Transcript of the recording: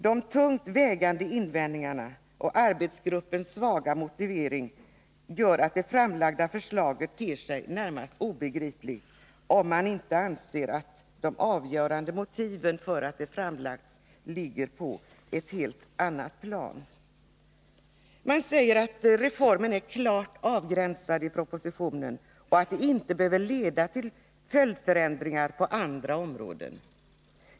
De tungt vägande invändningarna och arbetsgruppens svaga motivering gör att det framlagda förslaget ter sig närmast obegripligt — om man inte anser att de avgörande motiven för att det framlagts ligger på ett helt annat plan. Man säger i propositionen att reformen är klart avgränsad och att den inte behöver leda till följdförändringar på andra områden.